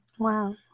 Wow